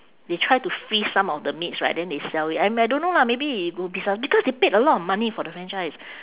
they try to freeze some of the meats right then they sell it I m~ I don't know lah maybe would be some because they paid a lot of money for the franchise